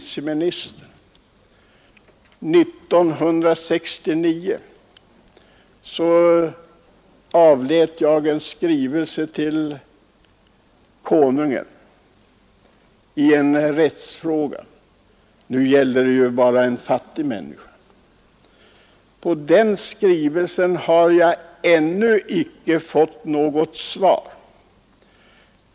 År 1969 avlät jag en skrivelse till Konungen i en rättsfråga — det gällde visserligen bara ekonomiskt fattiga människor — och den skrivelsen har jag ännu inte fått något svar på.